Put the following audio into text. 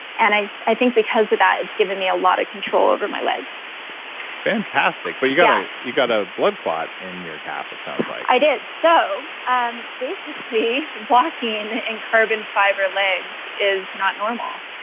and i i think because of that, it's given me a lot of control over my legs fantastic. but you got you got a blood clot in your calf, it sounds like i did. so um basically walking in in carbon fiber legs is not normal.